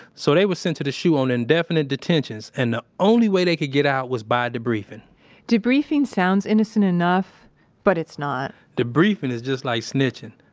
so they were sent to the shu on indefinite detentions and the only way they could get out was by debriefing debriefing sounds innocent enough but it's not debriefing is just like snitching.